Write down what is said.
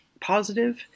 positive